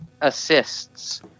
assists